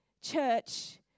church